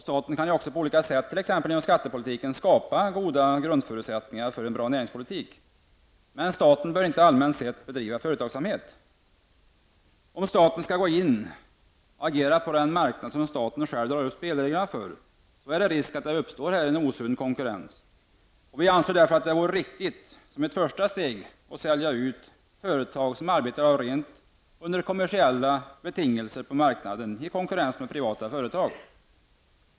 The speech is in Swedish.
Staten kan också på olika sätt, t.ex. genom skattepolitiken, skapa goda grundförutsättningar för en bra näringspolitik. Men staten bör inte allmänt sett bedriva företagsamhet. Om staten skall gå in och agera på den marknad som staten själv drar upp spelreglerna för, är det stor risk att det uppstår en osund konkurrens. Vi anser därför att det vore riktigt att som första steg sälja ut företag som arbetar under rent kommersiella betingelser på marknaden i konkurrens med privata företag.